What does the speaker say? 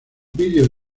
vídeo